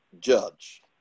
judge